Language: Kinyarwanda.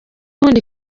ubundi